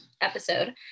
episode